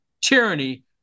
tyranny